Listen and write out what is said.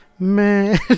man